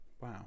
Wow